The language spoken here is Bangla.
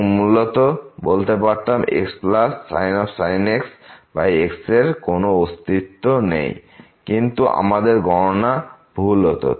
এবং আমরা বলতে পারতাম xsin x x এর কোন অস্তিত্ব নেই কিন্তু আমাদের গণনা ভুল হত